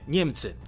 Niemcy